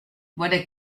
voilà